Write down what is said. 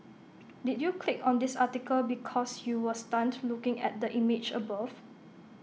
did you click on this article because you were stunned looking at the image above